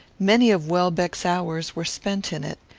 many of welbeck's hours were spent in it.